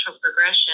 progression